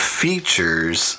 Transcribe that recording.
features